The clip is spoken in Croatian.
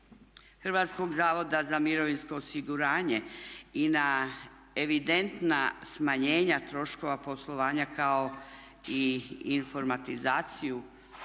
S obzirom na nastojanja HZMO-a i na evidentna smanjenja troškova poslovanja kao i informatizaciju